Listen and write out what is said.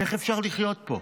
איך אפשר לחיות פה?